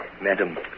Madam